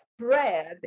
spread